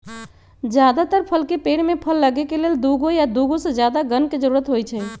जदातर फल के पेड़ में फल लगे के लेल दुगो या दुगो से जादा गण के जरूरत होई छई